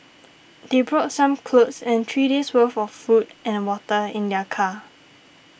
they brought some clothes and three days worth of food and water in their car